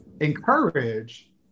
encourage